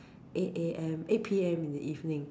eight A_M eight P_M in the evening